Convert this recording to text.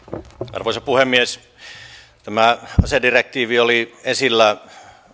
arvoisa puhemies tämä asedirektiivi oli esillä